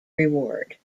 reward